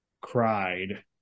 cried